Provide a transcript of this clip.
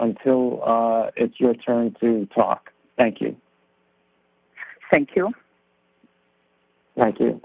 until it's your turn to talk thank you thank you thank you